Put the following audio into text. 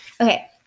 Okay